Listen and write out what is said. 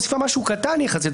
מוסיפה משהו קטן יחסית.